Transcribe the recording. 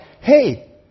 hey